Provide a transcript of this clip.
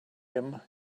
him